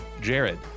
Jared